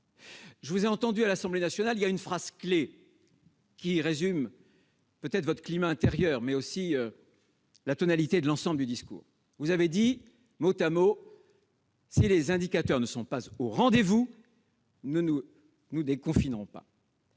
Je vous ai entendu, à l'Assemblée nationale, prononcer une phrase clé qui résume peut-être votre climat intérieur, en tout cas la tonalité de l'ensemble de votre discours- je vous cite, mot à mot :« Si les indicateurs ne sont pas au rendez-vous, nous ne déconfinerons pas.